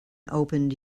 opened